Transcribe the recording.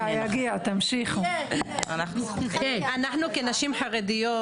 אנחנו, הנשים החרדיות,